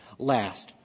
last,